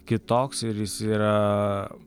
kitoks ir jis yra